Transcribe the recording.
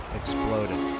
exploded